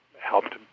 helped